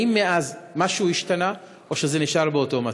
האם מאז משהו השתנה או שזה נשאר באותו מצב?